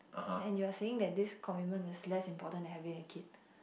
and you're saying that this commitment is less important than having a kid